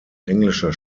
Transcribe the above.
englischer